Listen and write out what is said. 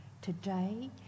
today